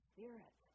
Spirit